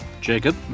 Jacob